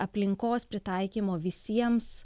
aplinkos pritaikymo visiems